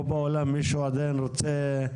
פה באולם מישהו עדיין רוצה?